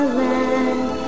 land